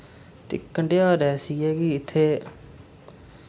ते कंडयार ऐसी ऐ कि इत्थै